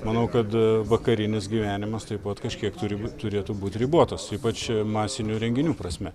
manau kad vakarinis gyvenimas taip pat kažkiek turi būt turėtų būt ribotas ypač masinių renginių prasme